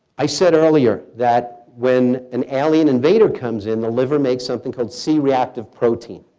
i said earlier that when an alien invader comes in the liver make something called c-reactive protein,